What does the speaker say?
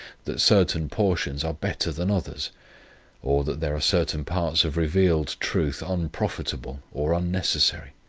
that certain portions are better than others or, that there are certain parts of revealed truth unprofitable or unnecessary.